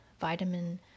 vitamin